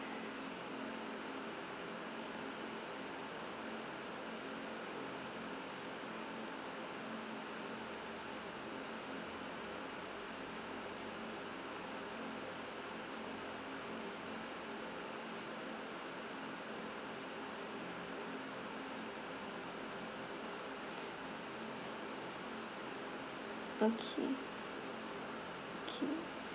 okay okay